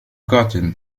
gotten